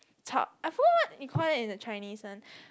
I forgot what you call it in the Chinese one